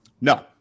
no